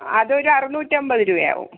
അതൊരു അറുന്നൂറ്റമ്പത് രൂപയാവും